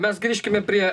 mes grįžkime prie